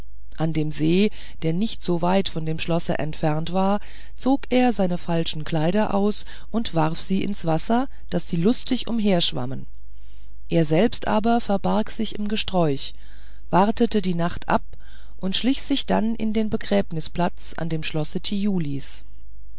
an dem see der nicht weit von dem schloß entfernt war zog er seine falschen kleider aus und warf sie ins wasser daß sie lustig umherschwammen er selbst aber verbarg sich im gesträuch wartete die nacht ab und schlich sich dann in den begräbnisplatz an dem schlosse thiulis